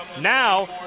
Now